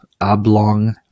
oblong